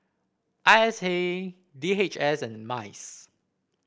I S A D H S and MICE